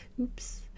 oops